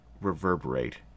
reverberate